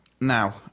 Now